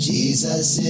Jesus